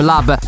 Lab